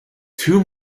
two